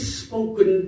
spoken